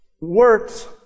works